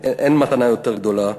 אין מתנה יותר גדולה.